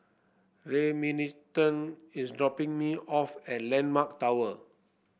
Remington is dropping me off at landmark Tower